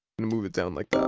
gonna move it down like